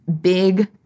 big